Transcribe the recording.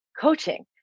coaching